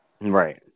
Right